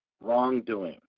wrongdoing